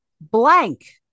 blank